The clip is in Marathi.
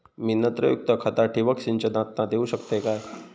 मी नत्रयुक्त खता ठिबक सिंचनातना देऊ शकतय काय?